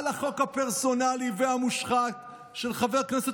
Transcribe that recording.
על החוק הפרסונלי והמושחת של חבר הכנסת